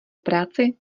práci